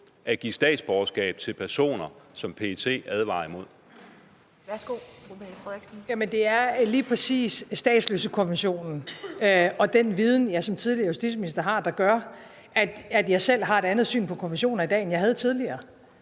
at give statsborgerskab til personer, som PET advarer mod?